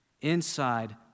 inside